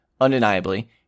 undeniably